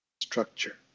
structure